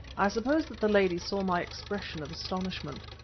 i suppose that the lady saw my expression of astonishment.